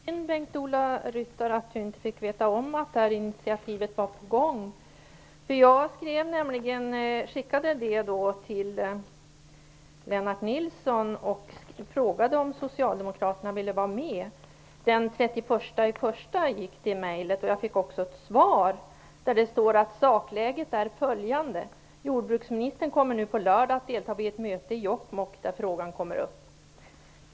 Herr talman! Det var synd att Bengt-Ola Ryttar inte fick veta att initiativet var på gång. Jag skickade nämligen ett brev till Lennart Nilsson och frågade om socialdemokraterna ville vara med. Den 31 januari gick det mailet, och jag fick också ett svar där det står så här: Sakläget är följande. Jordbruksministern kommer nu på lördag att delta vid ett möte i Jokkmokk där frågan kommer upp.